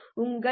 உங்கள் டி